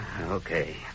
Okay